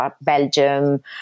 Belgium